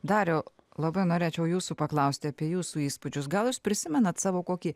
dariau labai norėčiau jūsų paklausti apie jūsų įspūdžius gal jūs prisimenat savo kokį